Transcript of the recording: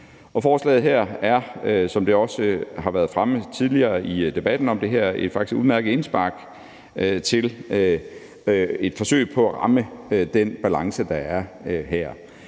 forslaget her er, som det også har været fremme tidligere i debatten her, faktisk et udmærket indspark til og et forsøg på at ramme den balance. Men det